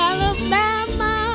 Alabama